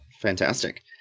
Fantastic